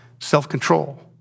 self-control